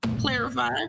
Clarify